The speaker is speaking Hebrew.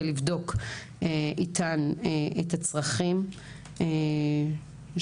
ולבדוק איתן את הצרכים שלהן,